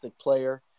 player